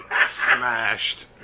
smashed